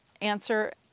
answer